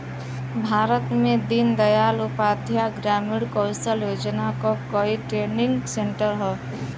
भारत में दीन दयाल उपाध्याय ग्रामीण कौशल योजना क कई ट्रेनिंग सेन्टर हौ